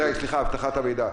הבטחת המידע.